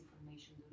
information